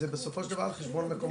זה בסופו של דבר על חשבון מקומות.